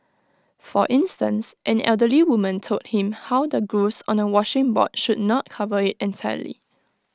for instance an elderly woman told him how the grooves on A washing board should not cover IT entirely